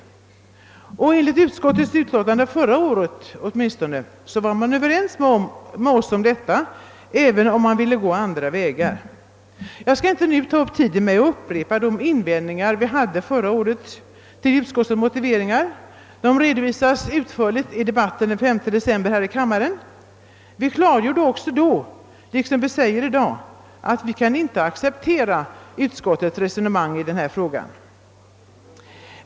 Man var åtminstone enligt utskottets utlåtande förra året överens med oss om detta, även om man ville gå andra vägar. Jag skall inte nu ta upp tiden med att upprepa de invändningar vi förra året hade till utskottets motivering, eftersom de utförligt redovisades i den debatt vi hade här i kammaren den 5 december förra året. Vi klargjorde också då liksom vi gör i dag att vi inte kan acceptera utskottets resonemang i denna fråga.